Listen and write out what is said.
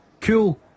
Cool